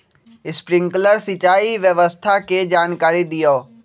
Sprinkler सिंचाई व्यवस्था के जाकारी दिऔ?